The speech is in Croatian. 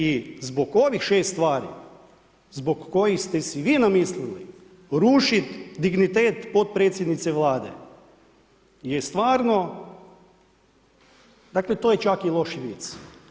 I zbog ovih 6 stvari zbog kojih ste si vi namislili rušit dignitet potpredsjednice Vlade je stvarno, dakle to je čak i loši vic.